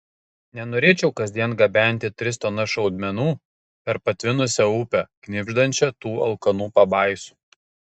nenorėčiau kasdien gabenti tris tonas šaudmenų per patvinusią upę knibždančią tų alkanų pabaisų